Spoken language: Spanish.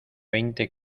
veinte